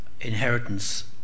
inheritance